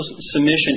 submission